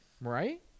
right